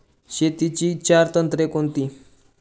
शेतीची चार तंत्रे कोणती?